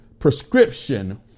prescription